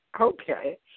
Okay